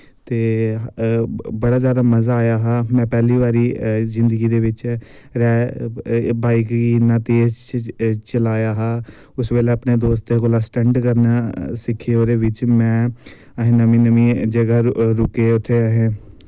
ते बड़ा जादा मज़ा आया हा में पैह्ली बारी जिन्दगी दे बिच्च बॉईक गी इन्ना तेज़ चलाया हा उस बेल्लै अपनै दोस्तै कोला स्टंट करना सिक्खे ओह्दे बिच्च में अस नमी नमी जगा रुके उत्थें अस